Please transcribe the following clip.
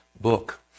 book